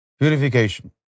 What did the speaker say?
Purification